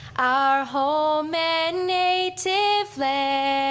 our home and native land